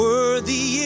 Worthy